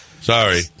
Sorry